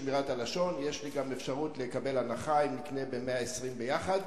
"שמירת הלשון"; יש לי גם אפשרות לקבל הנחה אם נקנה 120 ביחד.